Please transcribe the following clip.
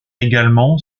également